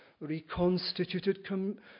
reconstituted